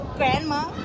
grandma